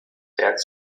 werks